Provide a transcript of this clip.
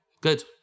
good